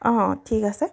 অঁ ঠিক আছে